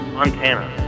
Montana